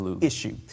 issue